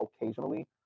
occasionally